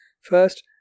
First